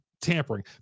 tampering